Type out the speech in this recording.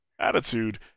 attitude